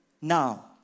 Now